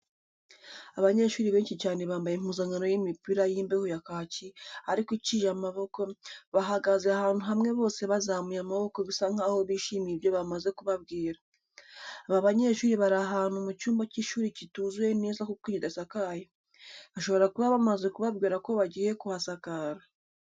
Abanyeshuri benshi cyane bambaye impuzankano y'imipira y'imbeho ya kaki ariko iciye amaboko, bahagaze ahantu hamwe bose bazamuye amaboko bisa nkaho bishimiye ibyo bamaze kubabwira. Aba banyeshuri bari ahantu mu cyumba cy'ishuri kituzuye neza kuko kidasakaye. Bashobora kuba bamaze kubabwira ko bagiye kuhasakara.